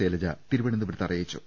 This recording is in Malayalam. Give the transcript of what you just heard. ശൈലജ തിരുവനന്തപുരത്ത് അറിയിച്ചു